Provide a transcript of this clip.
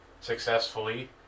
successfully